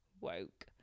woke